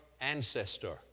ancestor